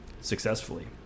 successfully